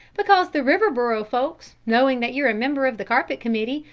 because the riverboro folks, knowing that you're a member of the carpet committee,